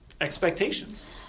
expectations